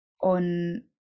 on